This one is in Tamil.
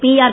பிஆர்